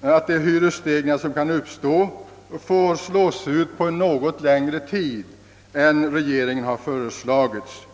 att de hyresstegringar, som kan uppstå, får slås ut på en något längre tid än vad regeringen har föreslagit.